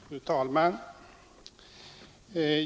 Om malmbrytning Fru talman!